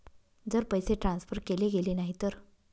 जर पैसे ट्रान्सफर केले गेले नाही तर?